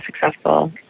successful